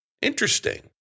interesting